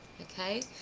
Okay